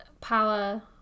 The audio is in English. power